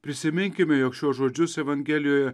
prisiminkime jog šiuos žodžius evangelijoj